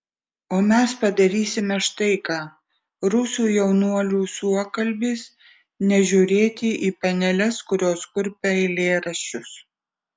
o mes padarysime štai ką rusų jaunuolių suokalbis nežiūrėti į paneles kurios kurpia eilėraščius